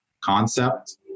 concept